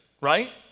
Right